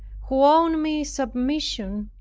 who owed me submission,